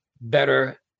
Better